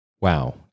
Wow